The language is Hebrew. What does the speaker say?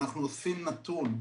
אנחנו אוספים נתון.